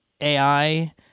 AI